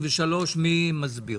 מי מסביר?